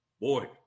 Boy